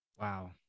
Wow